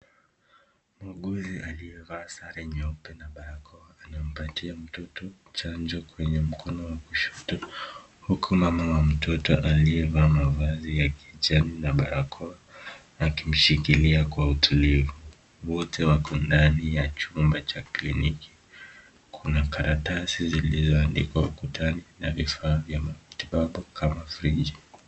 Muuguzi aliyevaa sare nyeupe na barakoa anampatia mtoto chanjo kwenye mkono wa kushoto huku mama wa mtoto aliyevaa mavazi ya kijani na barakoa akimshikilia kwa utulivu. Wote wako ndani ya chumba cha kliniki, kuna karatasi zilizoandikwa ukutani na vifaa vya matibabu kama sirinji.